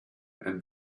and